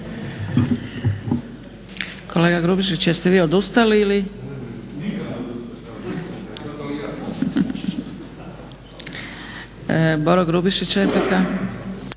Kolega Grubišić jeste vi odustali ili? **Grubišić, Boro